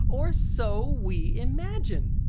or so we imagine.